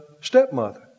stepmother